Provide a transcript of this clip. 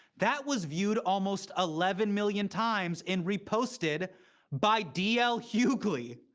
that was viewed almost eleven million times and reposted by d. l. hughley!